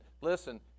listen